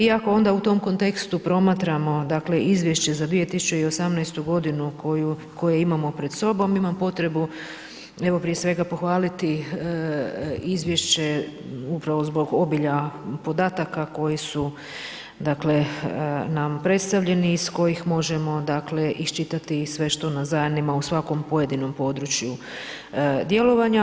Iako onda u tom kontekstu promatramo dakle, izvješće za 2018.g. koje imamo pred sobom, imam potrebu, evo prije svega pohvaliti izvješće upravo zbog obilja podataka, koji su nam predstavljani, iz kojih možemo dakle, iščitati i sve što nas zanima u svakom pojedinom području djelovanja.